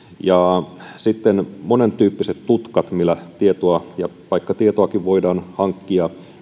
ja monentyyppiset uudentyyppiset tutkat joilla tietoa ja paikkatietoakin voidaan hankkia